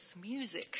music